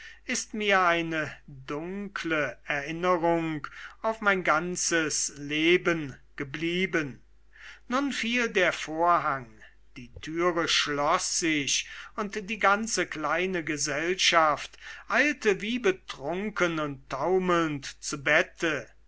ist mir eine dunkle erinnerung auf mein ganzes leben geblieben nun fiel der vorhang die türe schloß sich und die ganze kleine gesellschaft eilte wie betrunken und taumelnd zu bette